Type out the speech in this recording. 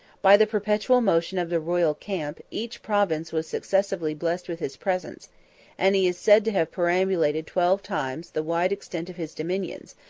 by the perpetual motion of the royal camp, each province was successively blessed with his presence and he is said to have perambulated twelve times the wide extent of his dominions,